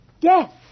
Death